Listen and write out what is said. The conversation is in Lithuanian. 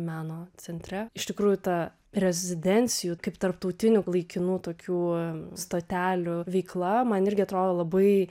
meno centre iš tikrųjų ta rezidencijų kaip tarptautinių laikinų tokių stotelių veikla man irgi atrodo labai